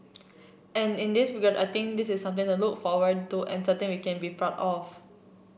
and in this regard I think this is something to look forward to and something we can be proud of